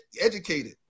educated